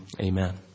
Amen